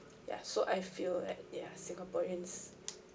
ya so I feel like ya singaporeans